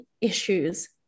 issues